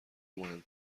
مهم